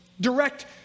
Direct